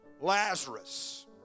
Lazarus